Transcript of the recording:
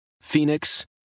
Phoenix